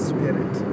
Spirit